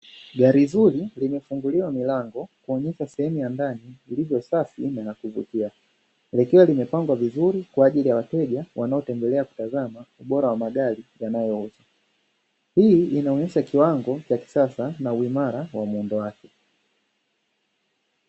Gari zuri limefunguliwa milango, kuonyesha sehemu ya ndani ilivyo safi na ya kuvutia, likiwa limepambwa vizuri kwa ajili ya wateja wanaotembelea kutazama ubora wa magari yanayouzwa, hii inaonyesha kiwango cha kisasa na uimara wa muundo wake.